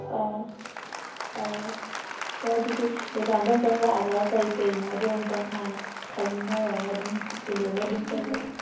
ꯍꯣ ꯑꯗꯨꯗꯤ ꯗꯨꯀꯥꯟꯗ ꯑꯃꯨꯛꯇꯪ ꯂꯥꯛꯑꯒ ꯀꯔꯤ ꯀꯔꯤꯅꯣꯗꯣ ꯑꯃꯨꯛꯇꯪ ꯍꯥꯟꯅ ꯈꯟꯅꯔꯒ ꯑꯗꯨꯝ ꯗꯤꯂꯤꯚ꯭ꯔ ꯑꯗꯨꯝ ꯇꯧꯖꯔꯛꯀꯦ